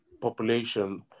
population